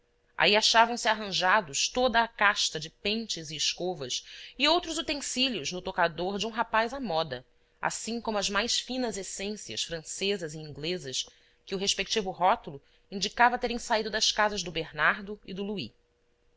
aí achavam-se arranjados toda a casta de pentes e escovas e outros utensílios no toucador de um rapaz à moda assim como as mais finas essências francesas e inglesas que o respectivo rótulo indicava terem saído das casas do bernardo e do louis